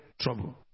trouble